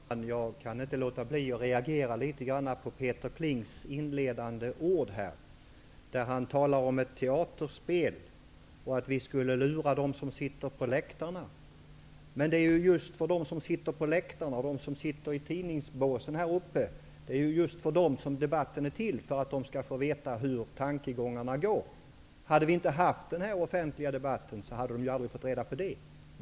Herr talman! Jag kan inte låta bli att reagera litet grand på Peter Klings inledande ord. Han talar om ett teaterspel och att vi skulle lura dem som sitter på läktaren. Det är ju just för dem som sitter här på läktaren och i tidningsbåsen som debatten är till, för att de skall få veta hur tankegångarna går. Hade vi inte haft denna offentliga debatt, hade de aldrig fått reda på det.